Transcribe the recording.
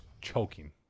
choking